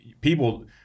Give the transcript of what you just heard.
people –